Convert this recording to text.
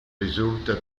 risulta